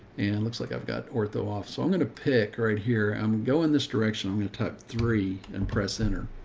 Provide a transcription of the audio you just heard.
and it looks like i've got ortho off. so i'm going to pick right here. i'm going this direction. i'm going to tuck three and press enter.